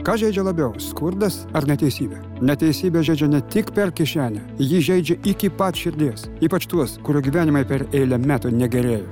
kas žeidžia labiau skurdas ar neteisybė neteisybė žeidžia ne tik per kišenę ji žeidžia iki pat širdies ypač tuos kurių gyvenimai per eilę metų negerėja